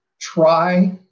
try